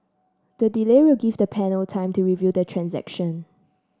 the delay will give the panel time to review the transaction